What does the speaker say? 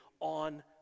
On